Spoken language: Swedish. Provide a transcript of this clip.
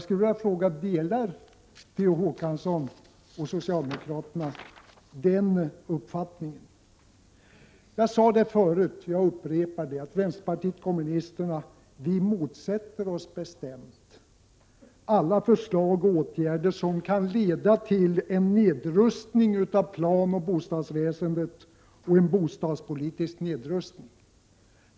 Delar Per Olof Håkansson och socialdemokraterna den uppfattningen? Jag sade och upprepar det att vi i vänsterpartiet kommunisterna bestämt motsätter oss alla förslag och åtgärder som kan leda till en nedrustning av planoch bostadsväsendet och därmed av bostadspolitiken.